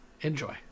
Enjoy